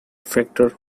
factor